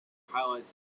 highlights